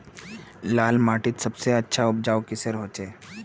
लाल माटित सबसे अच्छा उपजाऊ किसेर होचए?